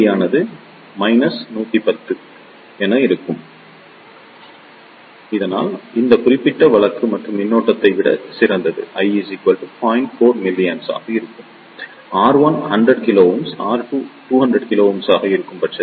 82k மின்னழுத்த ஆதாயம் எனவே இந்த குறிப்பிட்ட வழக்கு மற்றும் மின்னோட்டத்தை விட இது சிறந்தது அடிப்படை மின்னோட்டத்துடன் ஒப்பிடும்போது ஒப்பீட்டளவில் மிக அதிகம் மற்றும் மூன்றாவது வழக்கில் R1 100 k R2 200 k R¿2